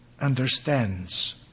understands